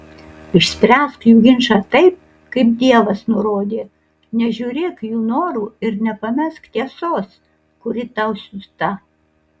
išspręsk jų ginčą taip kaip dievas nurodė nežiūrėk jų norų ir nepamesk tiesos kuri tau siųsta